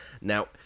Now